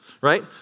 right